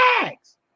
bags